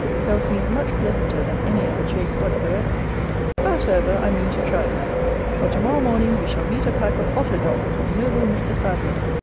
tells me is much pleasanter than any other chase whatsoever howsoever, i mean to try it for to-morrow morning we shall meet a pack of otter-dogs of noble mr. sadler's,